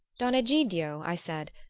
don egidio, i said,